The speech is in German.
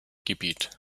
gebiet